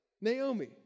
Naomi